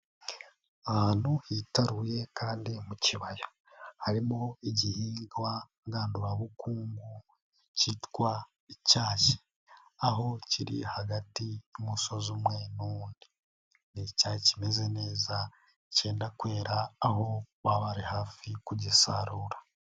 Ahantu hitaruye kandi mu kibaya, harimo igihingwa ngandurabukungu kitwa icyayi aho kiri hagati y'umusozi umwe n'uwundi, ni icyayi kimeze neza cyenda kwera aho baba bari hafi kugisarura.